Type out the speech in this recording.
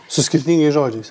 su skirtingais žodžiais